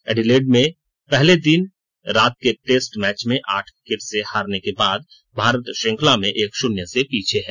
Adelaide में पहले दिन रात के टेस्ट मैच में आठ विकेट से हारने के बाद भारत श्रृंखला में एक शून्य से पीछे है